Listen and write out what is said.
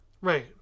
Right